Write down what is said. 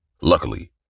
Luckily